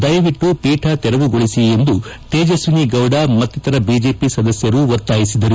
ದಯವಿಟ್ಟು ಪೀಠ ತೆರವುಗೊಳಿಸಿ ಎಂದು ತೇಜಸ್ವಿನಿ ಗೌಡ ಮತ್ತಿತರ ಬಿಜೆಪಿ ಸದಸ್ಯರು ಒತ್ತಾಯಿಸಿದರು